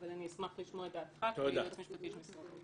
אבל אני אשמח לשמוע את דעתך כיועץ משפטי של משרד האוצר.